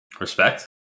Respect